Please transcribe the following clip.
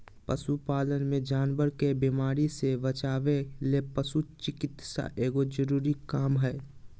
पशु पालन मे जानवर के बीमारी से बचावय ले पशु चिकित्सा एगो जरूरी काम हय